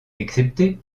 excepté